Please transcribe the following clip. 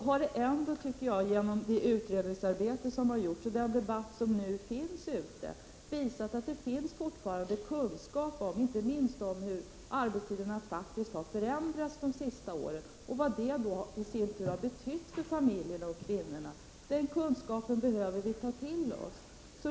Men det har ändå, genom det utredningsarbete som har gjorts och den debatt som nu förs, visats att det fortfarande finns kunskap om hur arbetstiderna faktiskt har förändrats de senaste åren och vad det i sin tur har betytt för familjerna och kvinnorna. Den kunskapen behöver vi ta till oss.